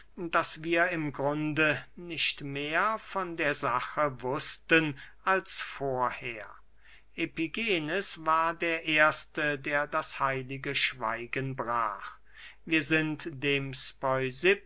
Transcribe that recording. daß wir im grunde nicht mehr von der sache wußten als vorher epigenes war der erste der das heilige schweigen brach wir sind dem